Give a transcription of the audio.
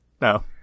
No